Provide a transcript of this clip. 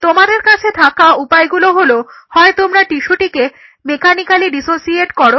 তোমাদের কাছে থাকা উপায়গুলো হলো হয় তোমরা টিস্যুটাকে মেকানিক্যালি ডিসোসিয়েট করো